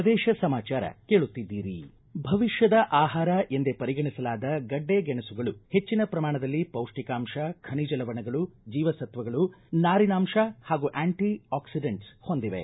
ಪ್ರದೇಶ ಸಮಾಚಾರ ಕೇಳುತ್ತಿದ್ದೀರಿ ಭವಿಷ್ಣದ ಆಹಾರ ಎಂದೇ ಪರಿಗಣಿಸಲಾದ ಗಡ್ಡೆ ಗೆಣಸುಗಳು ಹೆಚ್ಚಿನ ಪ್ರಮಾಣದಲ್ಲಿ ಪೌಷ್ಟಿಕಾಂಶ ಖನಿಜ ಲವಣಗಳು ಜೀವಸತ್ವಗಳು ನಾರಿನಾಂಶ ಹಾಗೂ ಆಂಟಿ ಆಕ್ಸಡೆಂಟ್ಸ್ ಹೊಂದಿವೆ